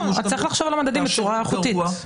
צריך לחשוב על המדדים בצורה איכותית.